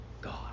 God